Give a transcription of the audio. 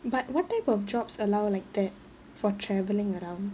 but what type of jobs allow like that for travelling around